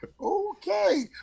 Okay